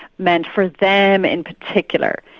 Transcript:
meant for them in particular,